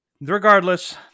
Regardless